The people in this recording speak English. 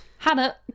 Hannah